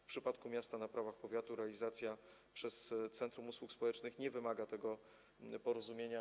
W przypadku miasta na prawach powiatu realizacja przez centrum usług społecznych nie wymaga tego porozumienia.